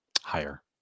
Higher